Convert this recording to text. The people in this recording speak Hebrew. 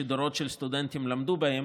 שדורות של סטודנטים למדו בהם,